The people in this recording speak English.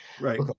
Right